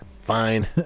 Fine